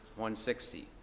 160